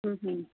ಹ್ಞೂ ಹ್ಞೂ